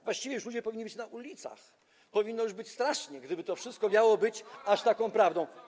Właściwie ludzie powinni już być na ulicach, powinno już być strasznie, gdyby to wszystko miało być aż taką prawdą.